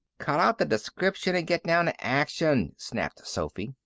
cut out the description and get down to action, snapped sophy.